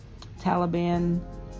Taliban